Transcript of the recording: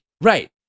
right